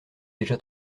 déjà